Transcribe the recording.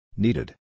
Needed